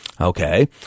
Okay